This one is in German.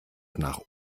nach